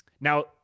Now